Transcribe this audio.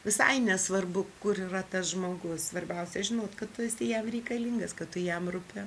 visai nesvarbu kur yra tas žmogus svarbiausia žinot kad tu esi jam reikalingas kad tu jam rūpi